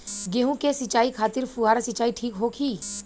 गेहूँ के सिंचाई खातिर फुहारा सिंचाई ठीक होखि?